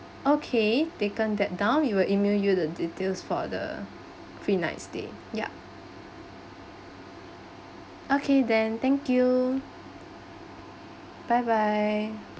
okay taken that down we will email you the details for the free night stay yup okay then thank you bye bye